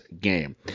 game